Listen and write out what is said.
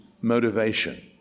motivation